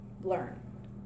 learn